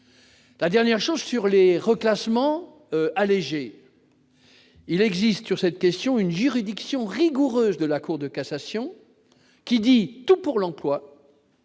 la dernière chance sur les reclassements allégé, il existe sur cette question une juridiction rigoureuse de la Cour de cassation qui dit tout pour l'emploi.